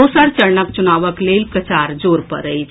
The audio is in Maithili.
दोसर चरणक चुनावक लेल प्रचार जोर पर अछि